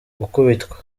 gukubitwa